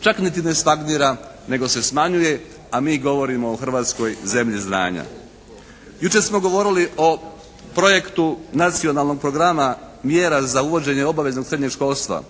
čak niti ne stagnira nego se smanjuje a mi govorimo o Hrvatskoj zemlji znanja. Jučer smo govorili o projektu nacionalnog programa mjera za uvođenje obaveznog srednjeg školstva